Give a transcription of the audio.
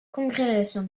congrégation